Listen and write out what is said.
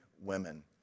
women